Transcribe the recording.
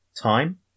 time